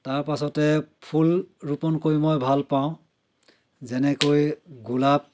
তাৰ পাছতে ফুল ৰোপণ কৰি মই ভাল পাওঁ যেনেকৈ গোলাপ